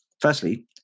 Firstly